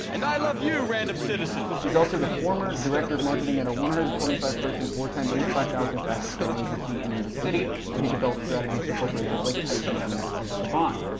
and i love you, random citizen. he's also the former director of marketing at a one hundred and twenty five person four-time inc five thousand fastest growing agency in new york city where he developed strategies for corporations like tyson foods and saban.